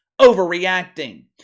overreacting